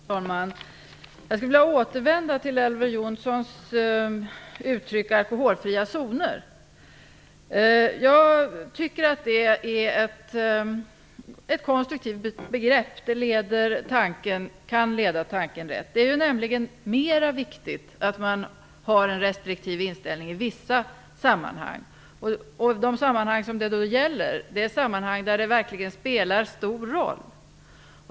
Fru talman! Jag skulle vilja återgå till Elver Jonssons uttryck "alkoholfria zoner". Jag tycker att det är ett konstruktivt begrepp. Det kan leda tanken rätt. Det är nämligen viktigt att ha en restriktiv inställning i vissa sammanhang, i de sammanhang där det verkligen spelar en stor roll.